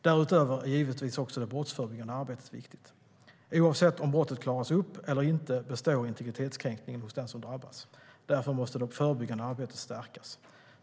Därutöver är givetvis också det brottsförebyggande arbetet viktigt. Oavsett om brottet klaras upp eller inte består integritetskränkningen hos den som drabbas. Därför måste det förebyggande arbetet stärkas.